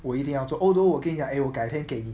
我一定要做 although working like eh 我改天给你